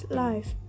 life